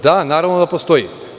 Da, naravno da postoji.